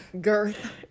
Girth